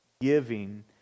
giving